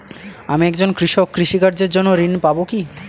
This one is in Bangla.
আমি একজন কৃষক কৃষি কার্যের জন্য ঋণ পাব কি?